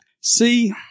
See